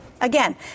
Again